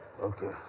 Okay